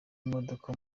imodoka